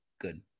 Good